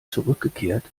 zurückgekehrt